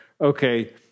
okay